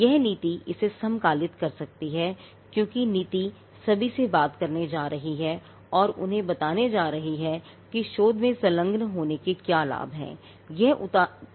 यह नीति इसे समकालित कर सकती है क्योंकि नीति सभी से बात करने जा रही है यह उन्हें बताने जा रही है कि शोध में संलग्न होने के क्या लाभ हैं